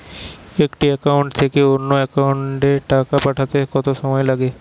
একটি একাউন্ট থেকে অন্য একাউন্টে টাকা পাঠাতে কত সময় লাগে?